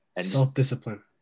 self-discipline